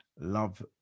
love